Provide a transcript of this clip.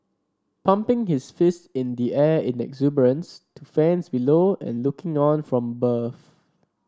pumping his fist in the air in the exuberance to fans below and looking on from above